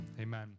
amen